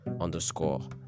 underscore